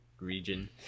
region